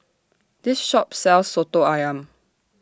This Shop sells Soto Ayam